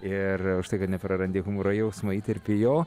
ir už tai kad neprarandi humoro jausmo įterpi jo